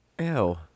Ew